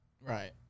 Right